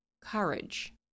courage